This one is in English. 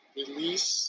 release